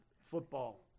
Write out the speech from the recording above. football